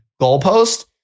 goalpost